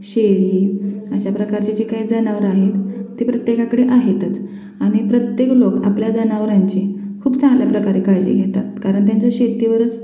शेळी अशा प्रकारचे जे काय जनावरं आहेत ते प्रत्येकाकडे आहेतच आणि प्रत्येक लोक आपल्या जनावरांची खूप चांगल्या प्रकारे काळजी घेतात कारण त्यांचं शेतीवरच